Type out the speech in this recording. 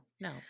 no